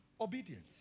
Obedience